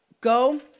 go